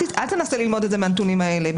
אל תנסה ללמוד את זה מהנתונים האלה.